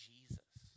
Jesus